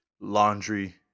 laundry